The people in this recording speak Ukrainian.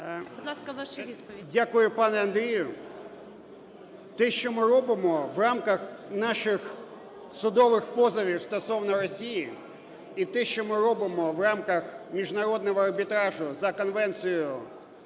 Дякую, пане Андрію. Те, що ми робимо в рамках наших судових позовів стосовно Росії, і те, що ми робимо в рамках Міжнародного арбітражу за Конвенцією